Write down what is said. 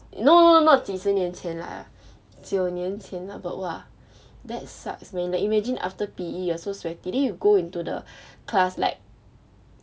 no no no no not 几十年前啦九年前 about !wah! that sucks man like imagine after P_E you're so sweaty then you go into the class like